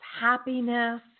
happiness